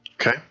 Okay